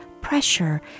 pressure